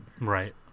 Right